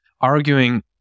arguing